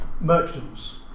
merchants